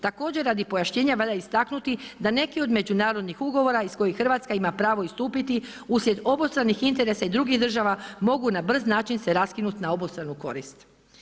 Također, radi pojašnjenja valja istaknuti da neki od međunarodnih ugovora iz kojih Hrvatska ima pravo istupiti uslijed obostranih interesa i drugih država, mogu na brz način se raskinuti na obostranu korist.